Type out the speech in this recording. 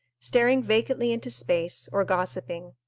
staring vacantly into space, or gossiping.